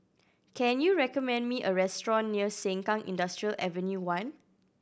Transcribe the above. can you recommend me a restaurant near Sengkang Industrial Avenue One